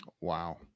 Wow